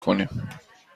کنیم